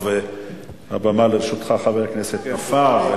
הבמה לרשותך, חבר הכנסת נפאע.